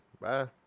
Bye